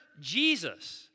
Jesus